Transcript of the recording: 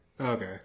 Okay